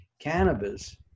cannabis